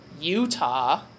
Utah